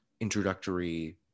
introductory